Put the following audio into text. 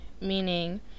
meaning